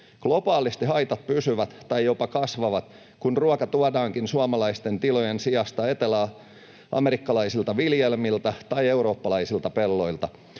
Globaalisti haitat pysyvät tai jopa kasvavat, kun ruoka tuodaankin suomalaisten tilojen sijasta eteläamerikkalaisilta viljelmiltä tai eurooppalaisilta pelloilta.